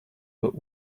but